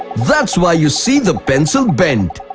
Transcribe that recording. that's why you see the pencil bent.